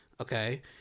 Okay